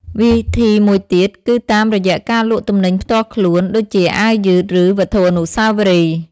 វិធីមួយទៀតគឺតាមរយៈការលក់ទំនិញផ្ទាល់ខ្លួនដូចជាអាវយឺតឬវត្ថុអនុស្សាវរីយ៍។